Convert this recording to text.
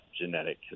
genetic